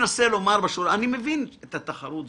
מבין את התחרות.